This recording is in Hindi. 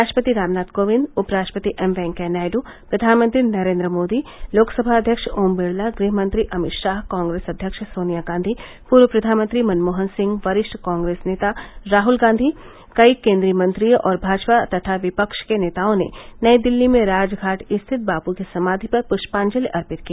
राष्ट्रपति रामनाथ कोविंद उपराष्ट्रपति एम वेंकैया नायडु प्रधानमंत्री नरेन्द्र मोदी लोकसभा अध्यक्ष ओम बिड़ला गृहमंत्री अमित शाह कांग्रेस अध्यक्ष सोनिया गांधी पूर्व प्रधानमंत्री मनमोहन सिंह वरिष्ठ कॉंग्रेस नेता राहुल गांधी कई केन्द्रीय मंत्रियों और भाजपा तथा विपक्ष के नेताओं ने नई दिल्ली में राजघाट स्थित बापू की समाधि पर पृष्पांजलि अर्पित की